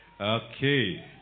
Okay